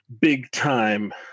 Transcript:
big-time